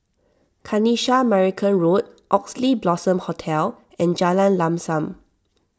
Kanisha Marican Road Oxley Blossom Hotel and Jalan Lam Sam